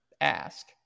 ask